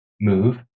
move